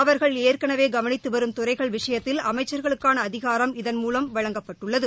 அவர்கள் ஏற்கனவே கவனித்து வரும் துறைகள் விஷயத்தில் அமைச்சர்களுக்கான அதிகாரம் இதன் மூலம் வழங்கப்பட்டுள்ளது